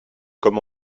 comme